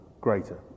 greater